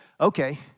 okay